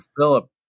Philip